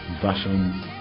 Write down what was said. version